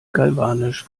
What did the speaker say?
galvanisch